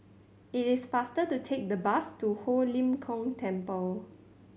it is faster to take the bus to Ho Lim Kong Temple